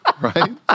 right